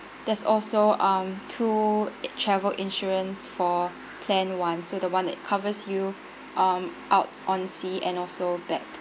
there's also um two uh travel insurance for plan one so the one that covers you um out on sea and also back